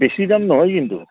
বেছি দাম নহয় কিন্তু